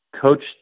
coach